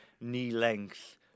knee-length